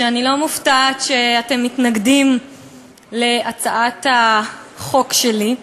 אני לא מופתעת שאתם מתנגדים להצעת החוק שלי,